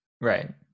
Right